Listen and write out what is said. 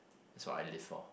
it's what I live for